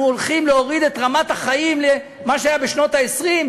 אנחנו הולכים להוריד את רמת החיים למה שהיה בשנות ה-20,